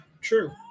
true